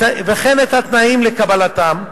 וכן את התנאים לקבלתן,